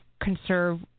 conserve